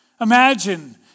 Imagine